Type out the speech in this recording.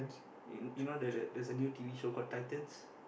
you you know the the there's a new t_v show called titans